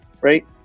right